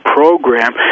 program